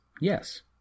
yes